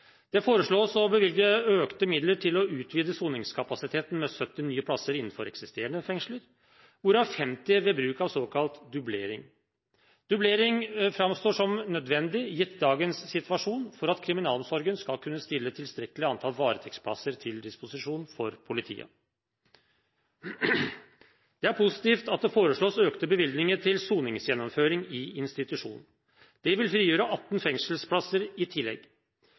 Det foreslås å bevilge økte midler til å utvide soningskapasiteten med 70 nye plasser innenfor eksisterende fengsler, hvorav 50 ved bruk av såkalt dublering. Dublering framstår som nødvendig, gitt dagens situasjon, for at kriminalomsorgen skal kunne stille et tilstrekkelig antall varetektsplasser til disposisjon for politiet. Det er positivt at det foreslås økte bevilgninger til soningsgjennomføring i institusjon. Dette vil frigjøre 18 fengselsplasser i tillegg,